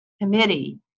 committee